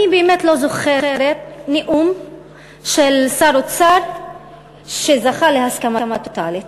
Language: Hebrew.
אני באמת לא זוכרת נאום של שר אוצר שזכה להסכמה טוטלית.